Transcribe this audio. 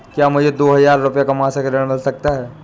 क्या मुझे दो हजार रूपए का मासिक ऋण मिल सकता है?